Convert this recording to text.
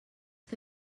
que